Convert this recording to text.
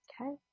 Okay